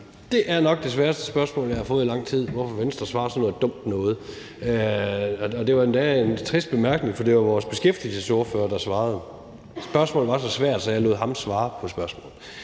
Det er nok det sværeste spørgsmål, jeg har fået i lang tid, altså hvorfor Venstre svarer sådan noget dumt noget. Og det var endda en trist bemærkning, for det var vores beskæftigelsesordfører, der svarede. Spørgsmålet var så svært, at jeg lod ham svare på spørgsmålet.